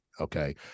Okay